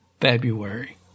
February